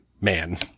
man